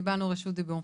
קיבלנו רשות דיבור.